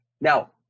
Now